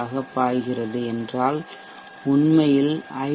ஆகப் பாய்கிறது என்றால் உண்மையில் ஐ